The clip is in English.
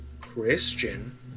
Christian